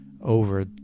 over